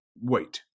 wait